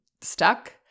stuck